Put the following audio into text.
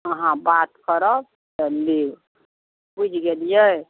अहाँ बात करब तऽ लेब बुझि गेलिए